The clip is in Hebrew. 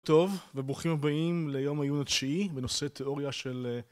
טוב, וברוכים הבאים ליום העיון התשיעי בנושא תיאוריה של